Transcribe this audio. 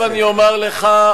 עכשיו אני אומר לך,